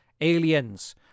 Aliens